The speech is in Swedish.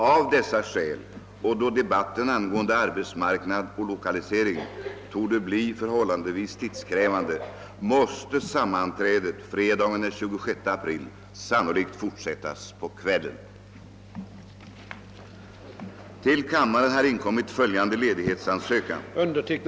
Av dessa skäl och då debatten angående arbetsmarknad och lokalisering torde bli förhållandevis tidskrävande måste sammanträdet fredagen den 26 april sannolikt fortsättas på kvällen. Undertecknad ledamot av kammaren får härmed anhålla om befrielse från fullgörande av riksdagsgöromålen under tiden den 17—19 april 1968 för bevistande av kommittésammanträde inom ramen för arbetet inom Europarådets rådgivande församling.